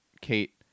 Kate